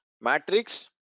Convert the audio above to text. matrix